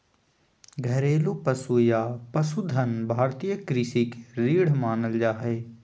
घरेलू पशु या पशुधन भारतीय कृषि के रीढ़ मानल जा हय